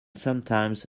sometimes